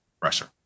Pressure